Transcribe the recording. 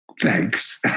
Thanks